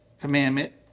commandment